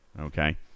okay